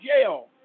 jail